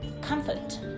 comfort